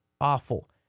awful